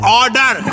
order